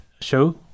show